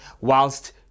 whilst